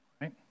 Right